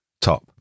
top